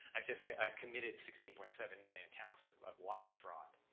i've just, i've committed sixteen point seven million counts of, of wire fraud,